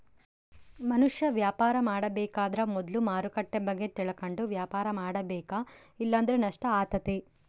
ಮನುಷ್ಯ ವ್ಯಾಪಾರ ಮಾಡಬೇಕಾದ್ರ ಮೊದ್ಲು ಮಾರುಕಟ್ಟೆ ಬಗ್ಗೆ ತಿಳಕಂಡು ವ್ಯಾಪಾರ ಮಾಡಬೇಕ ಇಲ್ಲಂದ್ರ ನಷ್ಟ ಆತತೆ